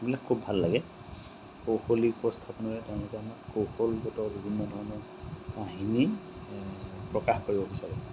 এইবিলাক খুব ভাল লাগে কৌশলী উপস্থাপনেৰে তেওঁলোকে আমাৰ কৌশলগত বিভিন্ন ধৰণৰ কাহিনী প্ৰকাশ কৰিব বিচাৰে